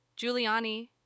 Giuliani